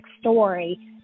story